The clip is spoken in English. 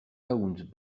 owned